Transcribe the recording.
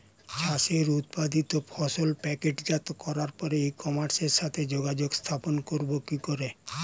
চাষের উৎপাদিত ফসল প্যাকেটজাত করার পরে ই কমার্সের সাথে যোগাযোগ স্থাপন করব কি করে?